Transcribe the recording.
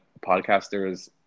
podcasters